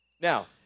Now